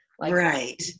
right